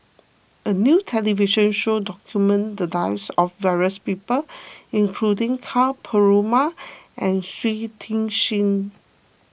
a new television show documented the lives of various people including Ka Perumal and Shui Tit Sing